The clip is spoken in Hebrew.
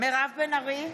מירב בן ארי,